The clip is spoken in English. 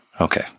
Okay